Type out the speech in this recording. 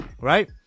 right